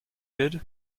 did